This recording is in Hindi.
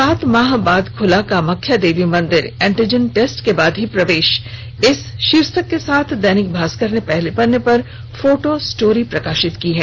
सात माह बाद खुला कामाख्या देवी मंदिर एंटीजन टेस्ट के बाद ही प्रवेश इस शीर्षक के साथ दैनिक भास्कर ने पहले पन्ने पर फोटो स्टोरी प्रकाशित की है